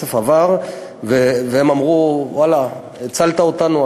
כסף עבר, והם אמרו, ואללה, הצלת אותנו.